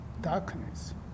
darkness